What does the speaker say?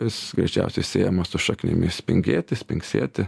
jis greičiausiai siejamas su šaknimi spingėti spingsėti